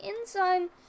enzyme